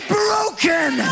broken